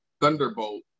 thunderbolt